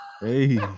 hey